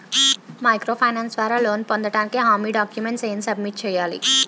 Micro finance ద్వారా loan పొందటానికి హామీ డాక్యుమెంట్స్ ఎం సబ్మిట్ చేయాలి?